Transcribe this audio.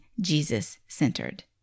Jesus-centered